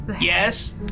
Yes